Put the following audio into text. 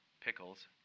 pickles